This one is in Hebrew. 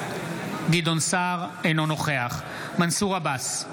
אינו נוכח מנסור עבאס,